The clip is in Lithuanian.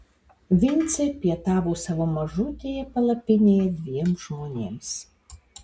vincė pietavo savo mažutėje palapinėje dviem žmonėms